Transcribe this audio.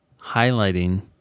highlighting